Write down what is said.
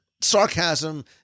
sarcasm